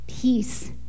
peace